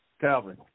Calvin